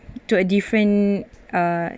to a different uh